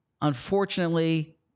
Unfortunately